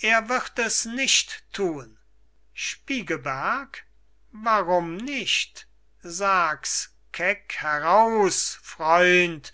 er wird es nicht thun spiegelberg warum nicht sag's kek heraus freund